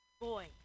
Boy